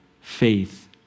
faith